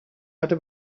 hatte